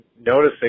noticing